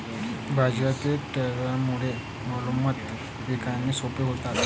बाजारातील तरलतेमुळे मालमत्ता विकणे सोपे होते